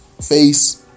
face